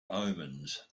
omens